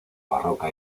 barroca